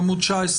בעמוד 19,